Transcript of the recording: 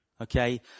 okay